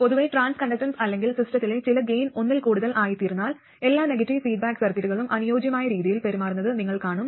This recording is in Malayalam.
പൊതുവേ ട്രാൻസ് കണ്ടക്ടൻസ് അല്ലെങ്കിൽ സിസ്റ്റത്തിലെ ചില ഗെയിൻ ഒന്നിൽ കൂടുതൽ ആയിത്തീർന്നാൽ എല്ലാ നെഗറ്റീവ് ഫീഡ്ബാക്ക് സർക്യൂട്ടുകളും അനുയോജ്യമായ രീതിയിൽ പെരുമാറുന്നത് നിങ്ങൾ കാണും